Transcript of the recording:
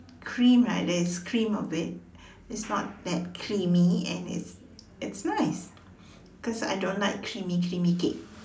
cream right there is cream of it it's not that creamy and it's it's nice because I don't like creamy creamy cake